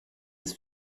des